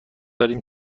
داریم